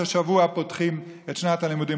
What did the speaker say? שהשבוע פותחים את שנת הלימודים,